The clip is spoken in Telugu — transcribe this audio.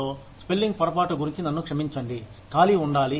స్పెల్లింగ్ పొరపాటు గురించి నన్ను క్షమించండి ఖాళీ ఉండాలి ఇక్కడ